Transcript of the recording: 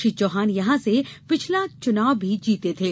श्री चौहान यहां से पिछला चुनाव भी जीते थे